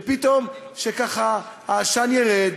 כשפתאום, ככה, העשן ירד,